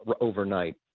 overnight